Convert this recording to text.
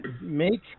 Make